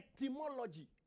etymology